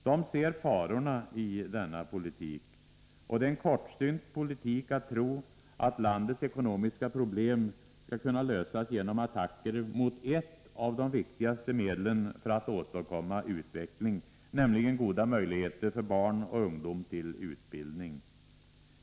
De ser farorna i denna politik. Det är en kortsynt politik att tro att landets ekonomiska problem skall kunna lösas genom attacker mot ett av de viktigaste medlen för att åstadkomma utveckling, nämligen goda möjligheter för barn och ungdom till utbildning.